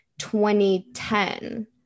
2010